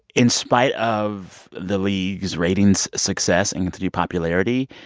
in spite of the league's ratings success and continued popularity,